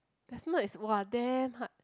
decimal is !wah! damn hard